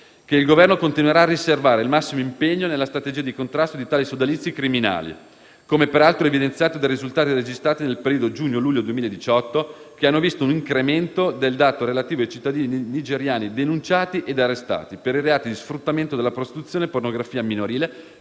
il Governo continuerà a riservare il massimo impegno nella strategia di contrasto di tali sodalizi criminali, come peraltro è evidenziato dai risultati registrati nel periodo giugno-luglio 2018, che hanno visto un incremento del dato relativo ai cittadini nigeriani denunciati ed arrestati per i reati di sfruttamento della prostituzione e pornografia minorile